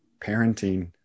parenting